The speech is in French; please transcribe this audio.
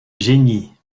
geignit